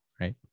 right